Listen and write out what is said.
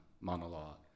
monologue